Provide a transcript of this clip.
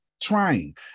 trying